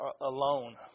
alone